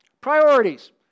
Priorities